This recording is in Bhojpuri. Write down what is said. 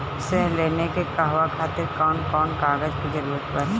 ऋण लेने के कहवा खातिर कौन कोन कागज के जररूत बाटे?